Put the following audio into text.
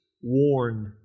warned